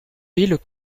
villes